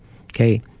okay